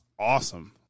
Awesome